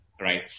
right